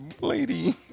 lady